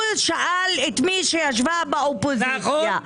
הוא שאל את מי שישבה באופוזיציה.